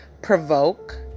provoke